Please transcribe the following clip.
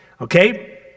Okay